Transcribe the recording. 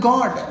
God